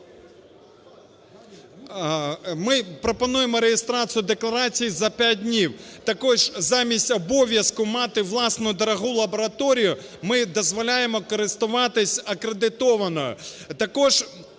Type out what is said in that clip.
Ми пропонуємо реєстрацію декларації за 5 днів. Також замість обов'язку мати власну дорогу лабораторію ми дозволяємо користуватись акредитованою.